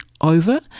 over